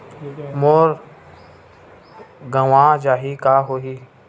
मोर गंवा जाहि का होही?